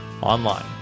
online